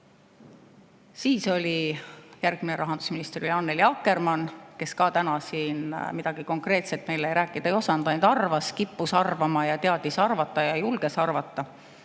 Järgmine rahandusminister oli Annely Akkermann, kes ka täna siin midagi konkreetset meile rääkida ei osanud, ainult arvas, kippus arvama, teadis arvata ja julges arvata.